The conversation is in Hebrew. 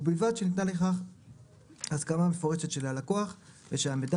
ובלבד שניתנה לכך הסכמה מפורשת של הלקוח ושהמידע